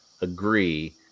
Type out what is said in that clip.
agree